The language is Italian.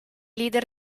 leader